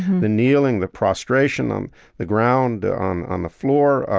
the kneeling, the prostration on the ground, on on the floor,